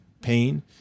pain